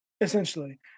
Essentially